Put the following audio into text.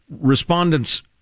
respondents